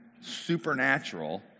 supernatural